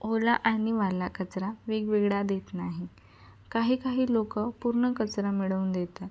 ओला आणि वाल्ला कचरा वेगवेगळा देत नाहीत काही काही लोक पूर्ण कचरा मिळून देतात